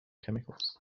chemicals